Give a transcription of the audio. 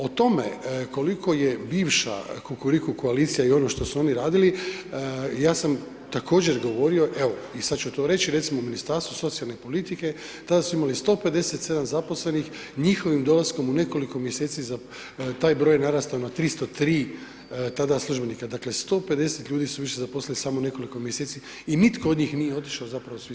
O tome koliko je bivša kukuriku koalicija i ono što su oni radili, ja sam također govorio, evo, i sad ću to reći, recimo, u Ministarstvu socijalne politike tada su imali 157 zaposlenih, njihovim dolaskom u nekoliko mjeseci, taj broj je narastao na 303 tada službenika, dakle, 150 ljudi su više zaposlili samo nekoliko mjeseci i nitko od njih nije otišao, zapravo svi su ostali.